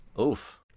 Oof